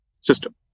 system